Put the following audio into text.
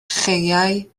chaeau